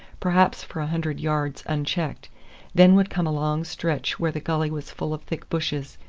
perhaps for a hundred yards unchecked then would come a long stretch where the gully was full of thick bushes,